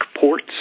ports